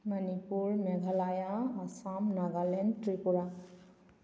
Manipur Meghalaya Assam Nagaland Tripura